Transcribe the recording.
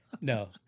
no